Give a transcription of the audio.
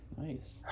nice